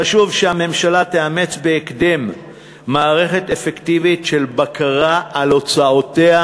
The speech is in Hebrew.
חשוב שהממשלה תאמץ בהקדם מערכת אפקטיבית של בקרה על הוצאותיה,